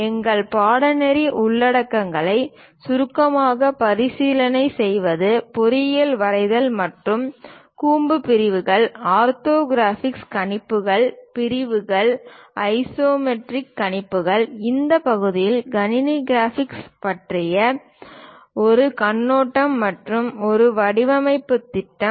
எங்கள் பாடநெறி உள்ளடக்கங்களை சுருக்கமாக மறுபரிசீலனை செய்வது பொறியியல் வரைதல் மற்றும் கூம்பு பிரிவுகள் ஆர்த்தோகிராஃபிக் கணிப்புகள் பிரிவுகள் ஐசோமெட்ரிக் கணிப்புகள் இந்த பகுதியில் கணினி கிராபிக்ஸ் பற்றிய ஒரு கண்ணோட்டம் மற்றும் ஒரு வடிவமைப்பு திட்டம்